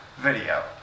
video